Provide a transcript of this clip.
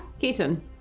Keaton